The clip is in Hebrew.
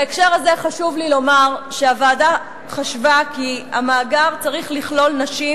בהקשר הזה חשוב לי לומר שהוועדה חשבה כי המאגר צריך לכלול נשים